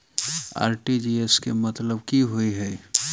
RTGS केँ मतलब की होइ हय?